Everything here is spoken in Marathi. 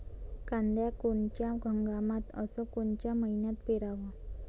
कांद्या कोनच्या हंगामात अस कोनच्या मईन्यात पेरावं?